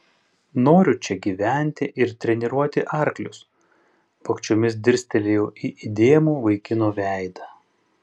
noriu čia gyventi ir treniruoti arklius vogčiomis dirstelėjau į įdėmų vaikino veidą